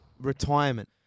retirement